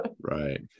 Right